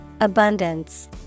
Abundance